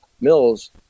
mills